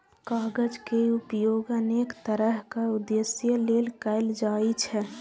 कागज के उपयोग अनेक तरहक उद्देश्य लेल कैल जाइ छै